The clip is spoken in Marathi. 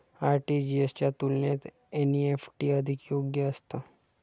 आर.टी.जी.एस च्या तुलनेत एन.ई.एफ.टी अधिक योग्य असतं